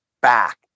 back